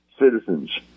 citizens